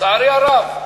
לצערי הרב.